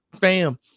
Fam